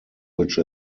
which